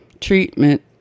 treatment